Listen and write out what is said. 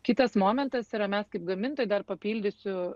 kitas momentas yra mes kaip gamintojai dar papildysiu